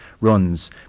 Runs